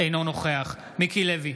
אינו נוכח מיקי לוי,